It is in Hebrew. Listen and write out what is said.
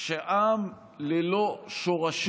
שעם ללא שורשים